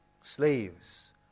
Slaves